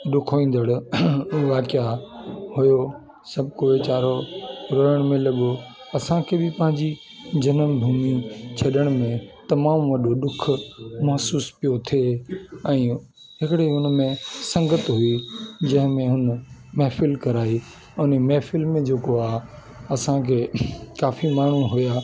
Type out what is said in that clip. ॾुखाईंदड़ु वाक़िआ हुओ सभु को वीचारो रोइण में लॻो असांखे बि पंहिंजी ॼनमु भूमि छॾण में तमामु वॾो ॾुख महसूस पियो थिए ऐं हिकड़ी उन में संगत हुई जंहिंमे हुन महफ़िल कराई अने महफ़िल में जेको आहे असांखे काफ़ी माण्हू हुआ